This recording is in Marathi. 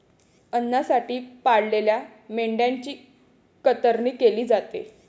अन्नासाठी पाळलेल्या मेंढ्यांची कतरणी केली जाते